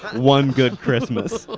one good christmas.